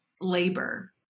labor